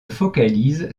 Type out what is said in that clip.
focalise